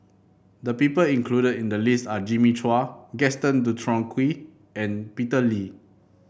the people included in the list are Jimmy Chua Gaston Dutronquoy and Peter Lee